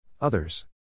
Others